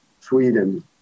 Sweden